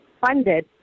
funded